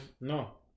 No